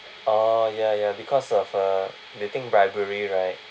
orh ya ya because of uh they think bribery right